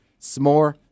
s'more